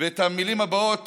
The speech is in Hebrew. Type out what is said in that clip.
את המילים הבאות